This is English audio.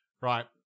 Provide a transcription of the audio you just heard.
Right